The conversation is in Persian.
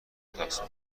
تقسیم